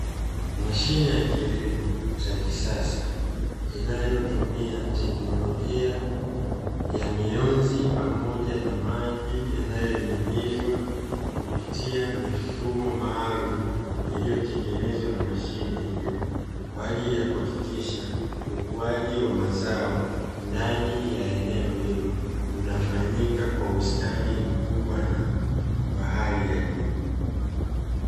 Mashine ya kilimo cha kisasa inayotumia teknologia ya mionzi pamoja na maji yanayonyunyizwa kupitia mifumo maalumu iliyo tengenezwa na mashine hiyo, kwa ajili ya kuhakikisha ukuaji wa mazao ndani ya eneo hilo unafanyika kwa ustadi mkubwa na wa hali ya juu.